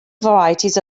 varieties